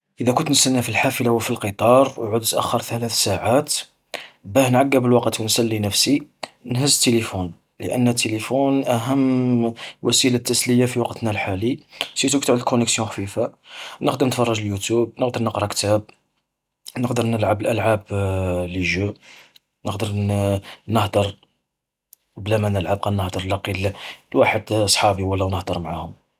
إذا كنت نستنى في الحافلة وفي القطار، وعود تأخر ثلاث ساعات، باه نعقب الوقت ونسلي نفسي، نهز التليفون. لأنو التليفون أهم وسيلة تسلية في وقتنا الحالي، سيرتو كيتعود الكونكسيون خفيفة، نقدر نتفرج اليوتيوب، نقدر نقرأ كتاب نقدر نلعب الألعاب ليجو، نقدر ن-نهدر، بلا ما نلعب، قنهدر نلقي ل-لواحد أصحابي ولا نهدر معاهم.